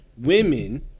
women